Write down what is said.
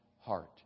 heart